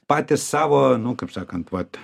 patys savo nu kaip sakant vat